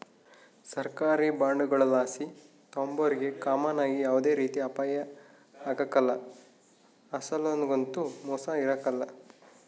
ಸರ್ಕಾರಿ ಬಾಂಡುಲಾಸು ತಾಂಬೋರಿಗೆ ಕಾಮನ್ ಆಗಿ ಯಾವ್ದೇ ರೀತಿ ಅಪಾಯ ಆಗ್ಕಲ್ಲ, ಅಸಲೊಗಂತೂ ಮೋಸ ಇರಕಲ್ಲ